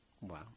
Wow